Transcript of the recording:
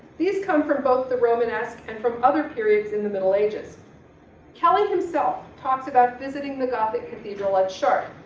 these come from both the romanesque and from other periods in the middle ages. holladay kelly himself talks about visiting the gothic cathedral at chartres,